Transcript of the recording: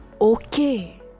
okay